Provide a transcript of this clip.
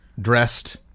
dressed